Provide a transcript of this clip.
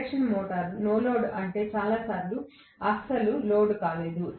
induction motor no లోడ్లో ఉంటే చాలా సార్లు ఇది అస్సలు లోడ్ కాలేదు